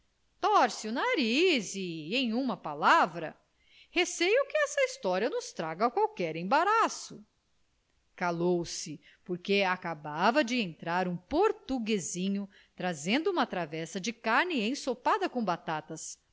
o nariz e em uma palavra receio que esta história nos traga qualquer embaraço calou-se porque acabava de entrar um portuguesinho trazendo uma travessa de carne ensopada com batatas